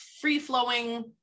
free-flowing